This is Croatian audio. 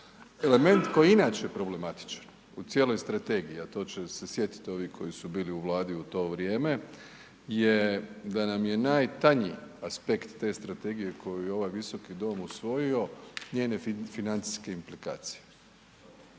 Element koji je inače problematičan u cijeloj strategiji, a to će se sjetit ovi koji su bili u Vladi u to vrijeme je da nam je najtanji aspekt te strategije koju je ovaj visoki dom usvojio, njene financijske implikacije,